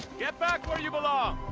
get back where you belong!